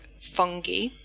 fungi